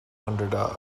underdog